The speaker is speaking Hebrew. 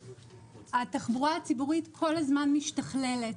התחבורה הציבורית כל הזמן משתכללת,